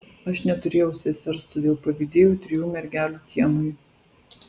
aš neturėjau sesers todėl pavydėjau trijų mergelių kiemui